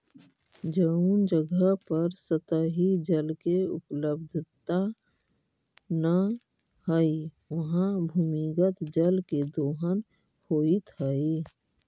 जउन जगह पर सतही जल के उपलब्धता न हई, उहाँ भूमिगत जल के दोहन होइत हई